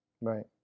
Right